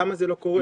למה זה לא קורה?